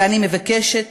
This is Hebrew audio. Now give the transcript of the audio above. ואני מבקשת